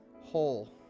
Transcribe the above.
whole